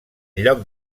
lloc